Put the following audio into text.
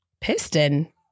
piston